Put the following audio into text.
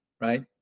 right